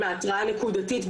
לא ביום מסוים,